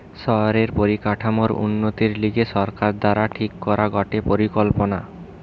শহরের পরিকাঠামোর উন্নতির লিগে সরকার দ্বারা ঠিক করা গটে পরিকল্পনা